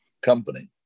company